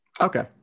Okay